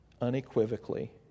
unequivocally